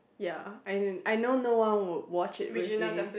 ya as in I know no one would watch it with me